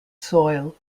soil